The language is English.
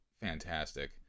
fantastic